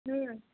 ہوں